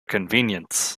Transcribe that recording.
convenience